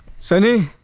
sunny.